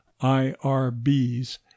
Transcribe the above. irbs